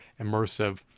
immersive